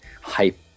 hype